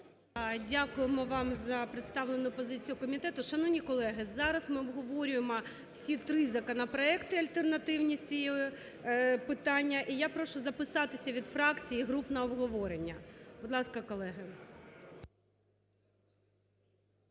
Дякуємо вам за представлену позицію комітету. Шановні колеги, зараз ми обговорюємо всі 3 законопроекти альтернативні з цього питання. І я прошу записатися від фракцій і груп на обговорення. Будь ласка, колеги.